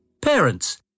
Parents